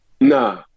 Nah